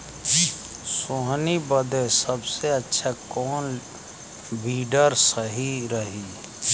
सोहनी बदे सबसे अच्छा कौन वीडर सही रही?